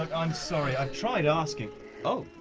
i'm sorry, i've tried asking oh.